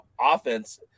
offense